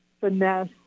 finesse